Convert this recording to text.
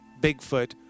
Bigfoot